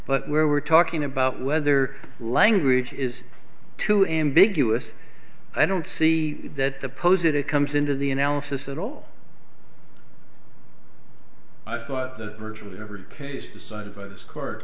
but where we're talking about whether language is too ambiguous i don't see that the pose it comes into the analysis at all i thought that virtually every case decided by the court